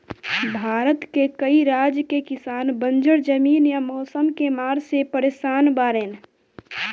भारत के कई राज के किसान बंजर जमीन या मौसम के मार से परेसान बाड़ेन